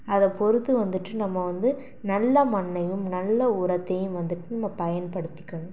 அதை பொறுத்து வந்துவிட்டு நம்ம வந்து நல்ல மண்ணையும் நல்ல உரத்தையும் வந்துவிட்டு நம்ம பயன்படுத்திக்கணும்